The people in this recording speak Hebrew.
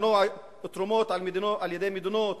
למנוע תרומות על-ידי מדינות,